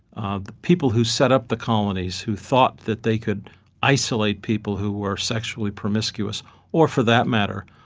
ah the people who set up the colonies who thought that they could isolate people who were sexually promiscuous or, for that matter,